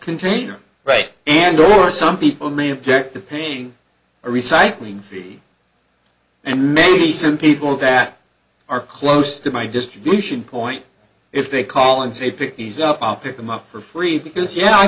container right and or some people may object to paying a recycling fee and maybe some people that are close to my distribution point if they call and say pick these up i'll pick them up for free because yeah i